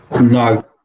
no